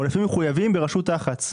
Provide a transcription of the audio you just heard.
עודפים מחויבים ברשות תח"צ,